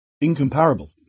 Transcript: Incomparable